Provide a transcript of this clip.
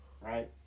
right